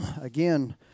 again